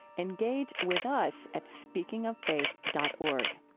engage with us at speakingoffaith dot org.